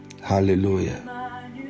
Hallelujah